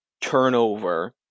turnover